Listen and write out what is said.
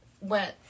went